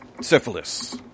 syphilis